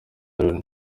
loni